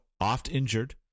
oft-injured